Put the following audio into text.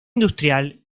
industrial